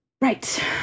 Right